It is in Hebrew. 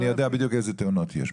אני יודע בדיוק אילו תאונות יש.